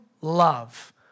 love